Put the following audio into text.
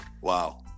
Wow